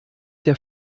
der